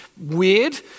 weird